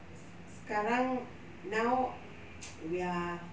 sekarang now we are